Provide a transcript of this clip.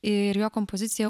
ir jo kompoziciją